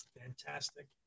Fantastic